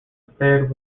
prepared